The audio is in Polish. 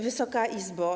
Wysoka Izbo!